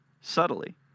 subtly